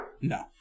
No